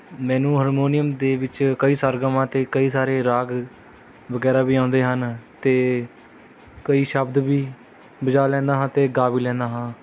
ਮੈਨੂੰ ਹਾਰਮੋਨੀਅਮ ਦੇ ਵਿੱਚ ਕਈ ਸਰਗਮਾਂ ਅਤੇ ਕਈ ਸਾਰੇ ਰਾਗ ਵਗੈਰਾ ਵੀ ਆਉਂਦੇ ਹਨ ਅਤੇ ਕਈ ਸ਼ਬਦ ਵੀ ਵਜਾ ਲੈਂਦਾ ਹਾਂ ਅਤੇ ਗਾ ਵੀ ਲੈਂਦਾ ਹਾਂ